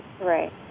Right